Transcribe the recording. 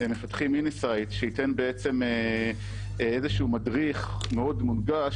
שייתן איזה שהוא מדריך מאוד מונגש,